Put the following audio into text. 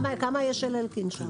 כמה יש של אלקין?